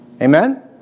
Amen